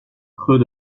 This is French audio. creux